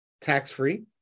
tax-free